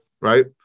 Right